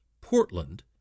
Portland